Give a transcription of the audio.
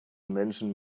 menschen